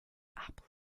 apple